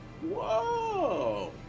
Whoa